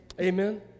Amen